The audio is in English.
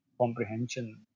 comprehension